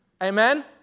Amen